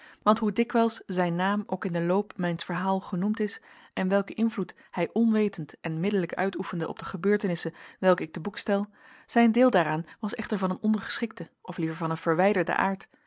want hoe dikwijls zijn naam ook in den loop mijns verhaal genoemd is en welken invloed hij onwetend en middellijk uitoefende op de gebeurtenissen welke ik te boek stel zijn deel daaraan was echter van een ondergeschikten of liever van een verwijderden aard